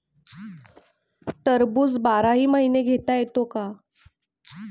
टरबूज बाराही महिने घेता येते का?